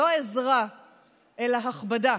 לא עזרה אלא הכבדה.